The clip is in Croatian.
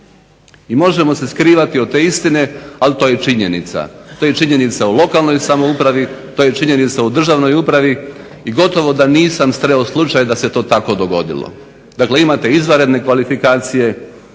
i možemo se skrivati od te istine, ali to je činjenica. To je činjenica u lokalnoj samoupravi, to je činjenica u državnoj upravi i gotovo da nisam sreo slučaj da se to tako dogodilo. Dakle, imate izvanredne kvalifikacije,